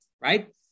right